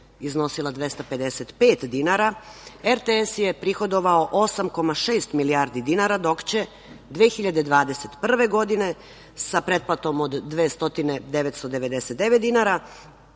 iznosila 255 dinara, RTS je prihodovao 8,6 milijardi dinara, dok će 2021. godine sa pretplatom od 299 dinara